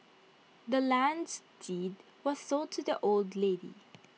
the land's deed was sold to the old lady